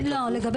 לא,